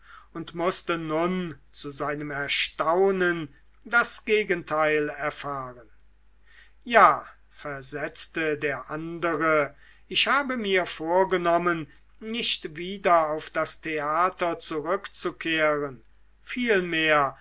und mußte nun zu seinem erstaunen das gegenteil erfahren ja versetzte der andere ich habe mir vorgenommen nicht wieder auf das theater zurückzukehren